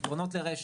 פתרונות לרשת.